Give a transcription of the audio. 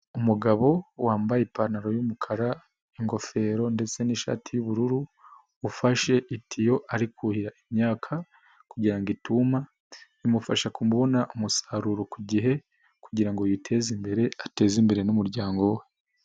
Umugabo wambaye ipantaro y'umukara, ingofero ndetse n'ishati y'ubururu, ufashe itiyo ari kuhira imyaka kugira ngo ituma, bimufasha kubona umusaruro ku gihe kugira ngo yiteze imbere, ateze imbere n'umuryango we.